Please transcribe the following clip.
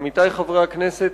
עמיתי חברי הכנסת,